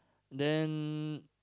then